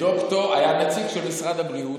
היה נציג של משרד הבריאות.